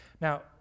Now